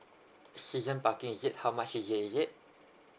season parking is it how much is it is it